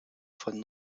von